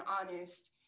honest